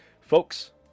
folks